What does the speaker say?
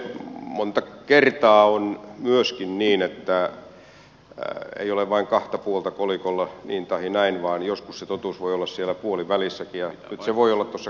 monta kertaa on myöskin niin että ei ole vain kahta puolta kolikolla niin tahi näin vaan joskus se totuus voi olla puolivälissäkin ja nyt se voi olla tuossa käytävän kohdilla